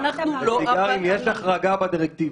לסיגרים יש החרגה בדירקטיבה.